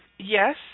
Yes